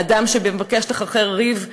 באדם שמבקש לחרחר ריב ומדון.